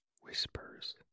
WHISPERS